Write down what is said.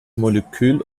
molekül